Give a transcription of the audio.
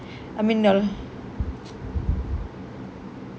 I mean uh